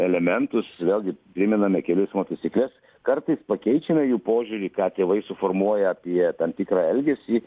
elementus vėlgi primename kelių eismo taisykles kartais pakeičiame jų požiūrį ką tėvai suformuoja apie tam tikrą elgesį